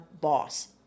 boss